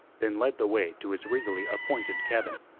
then led the way to his regally appointed cabin,